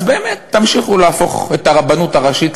אז באמת תמשיכו להפוך את הרבנות הראשית,